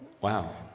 Wow